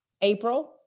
April